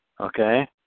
okay